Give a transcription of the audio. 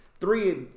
Three